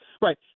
right